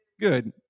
Good